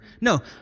No